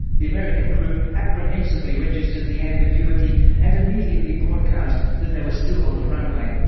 the american crew apprehensively registered the ambiguity and immediately broadcast that they were still on the runway.